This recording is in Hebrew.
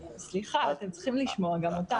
סליחה, אתם צריכים לשמוע גם אותנו.